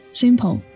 simple